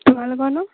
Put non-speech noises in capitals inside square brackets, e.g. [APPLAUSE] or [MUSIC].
তোমালোকৰ [UNINTELLIGIBLE]